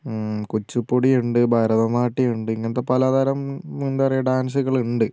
കുച്ചിപ്പൊടിയുണ്ട് ഭരതനാട്യമുണ്ട് ഇങ്ങനത്തെ പലതരം എന്താ പറയുക ഡാൻസുകളുണ്ട്